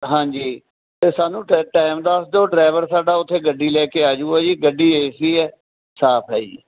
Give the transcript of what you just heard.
ਹਾਂਜੀ ਅਤੇ ਸਾਨੂੰ ਟੈ ਟਾਈਮ ਦੱਸ ਦਿਓ ਡਰਾਈਵਰ ਸਾਡਾ ਉੱਥੇ ਗੱਡੀ ਲੈ ਕੇ ਆਜੂਗਾ ਜੀ ਗੱਡੀ ਏ ਸੀ ਹੈ ਸਾਫ਼ ਹੈ ਜੀ